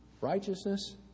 righteousness